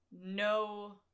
No